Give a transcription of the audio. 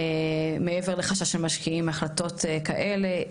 מעבר לחשש המשקיעים, החלטות כאלה.